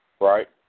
right